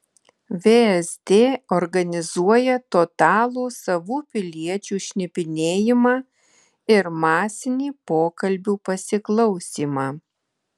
vsd organizuoja totalų savų piliečių šnipinėjimą ir masinį pokalbių pasiklausymą